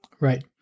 Right